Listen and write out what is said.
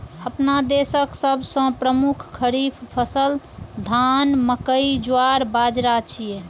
अपना देशक सबसं प्रमुख खरीफ फसल धान, मकई, ज्वार, बाजारा छियै